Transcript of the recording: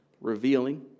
revealing